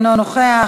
אינו נוכח,